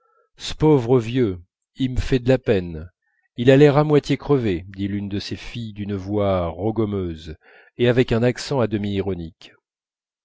c'pauvre vieux y m'fait d'la peine il a l'air à moitié crevé dit l'une de ces filles d'une voix rogommeuse et avec un accent à demi ironique